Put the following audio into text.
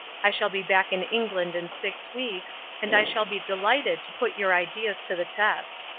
i shall be back in england in six weeks, and i shall be delighted to put your ideas to the test.